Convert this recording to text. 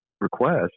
request